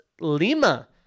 Lima